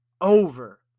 over